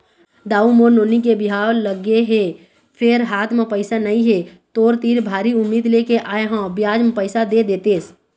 दाऊ मोर नोनी के बिहाव लगगे हे फेर हाथ म पइसा नइ हे, तोर तीर भारी उम्मीद लेके आय हंव बियाज म पइसा दे देतेस